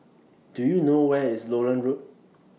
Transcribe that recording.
Do YOU know Where IS Lowland Road